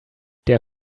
der